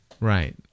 Right